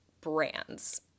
brands